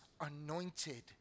anointed